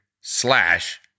slash